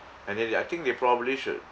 and then they I think they probably should